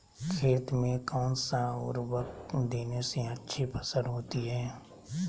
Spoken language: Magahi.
खेत में कौन सा उर्वरक देने से अच्छी फसल होती है?